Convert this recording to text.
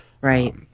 Right